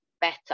better